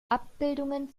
abbildungen